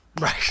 Right